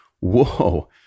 whoa